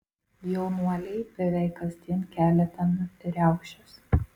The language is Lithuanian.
jaunuoliai beveik kasdien kelia ten riaušes